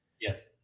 Yes